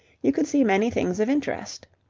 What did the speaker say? you could see many things of interest.